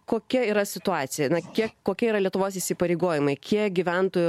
kokia yra situacija na kiek kokie yra lietuvos įsipareigojimai kiek gyventojų